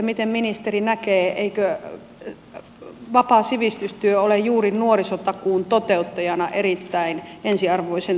miten ministeri näkee eikö vapaa sivistystyö ole juuri nuorisotakuun toteuttajana erittäin ensiarvoisen tärkeä